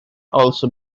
also